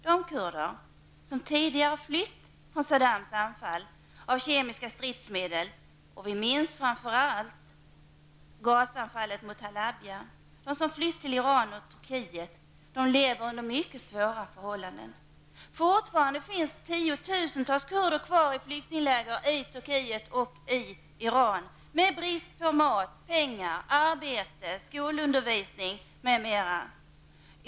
De kurder som tidigare har flytt från Saddam Husseins anfall med kemiska stridsmedel -- framför allt gäller det gasanfallet mot Halabja --, kurder som har flytt till Iran och Turkiet, lever under mycket svåra förhållanden. Fortfarande finns det tiotusentals kurder kvar i flyktingläger i Turkiet och Iran, och dessa lider brist på mat, pengar, arbete, skolundervisning m.m.